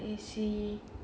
so what is he